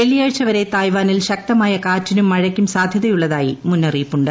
വെള്ളിയാഴ്ച വരെ തായ്വാനിൽ ശക്തമായ കാറ്റിനും മഴയ്ക്കും സാധ്യതയുള്ളതായി മുന്നറിയിപ്പുണ്ട്